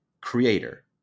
creator